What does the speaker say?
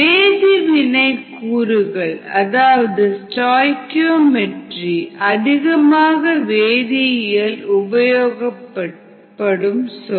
வேதிவினை கூறுகள் அதாவது ஸ்டாஇகீஓமெட்ரி அதிகமாக வேதியலில் உபயோகிக்கப்படும் சொல்